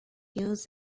use